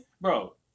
bro